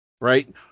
Right